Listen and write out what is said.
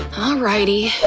alrighty.